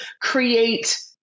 create